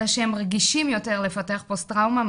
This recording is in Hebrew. אלא שהם רגישים יותר לפתח פוסט טראומה,